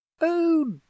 Oh